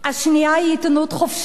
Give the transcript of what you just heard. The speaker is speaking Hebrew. השנייה היא עיתונות חופשית,